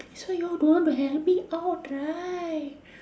that's why you all don't want to help me out right